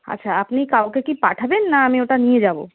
আচ্ছা আপনি কাউকে কি পাঠাবেন না আমি ওটা নিয়ে যাবো